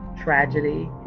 tragedy